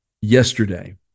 yesterday